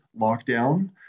lockdown